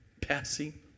passing